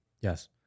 Yes